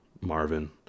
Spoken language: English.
Marvin